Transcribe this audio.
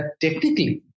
technically